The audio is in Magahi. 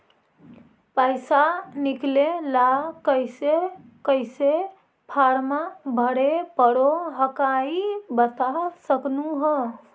पैसा निकले ला कैसे कैसे फॉर्मा भरे परो हकाई बता सकनुह?